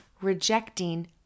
rejecting